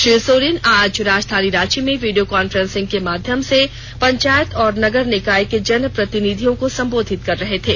श्री सोरेन आज राजधानी रांची में वीडियों कांफ्रेंसिंग के माध्यम से पंचायत और नगर निकाय के जन प्रतिनिधियों का संबोधन कर रहे थे